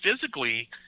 physically